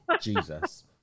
Jesus